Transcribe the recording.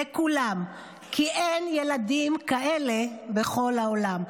לכולם / כי אין ילדים כאלה בכל העולם".